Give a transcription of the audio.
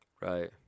Right